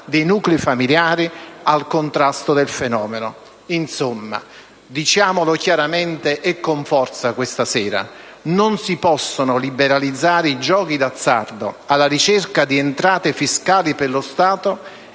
dei nuclei familiari, al contrasto del fenomeno. Insomma, diciamolo chiaramente e con forza, questa sera: non si possono liberalizzare i giochi d'azzardo alla ricerca di entrate fiscali per lo Stato